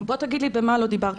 תגיד לי במה לא דיברתי לעניין.